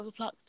overplucked